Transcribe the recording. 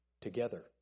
together